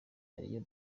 ariyo